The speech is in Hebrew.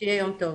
שיהיה יום טוב.